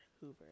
Hoover